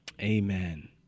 Amen